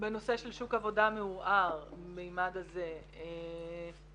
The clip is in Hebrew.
בנושא של שוק עבודה מעורער יש לנו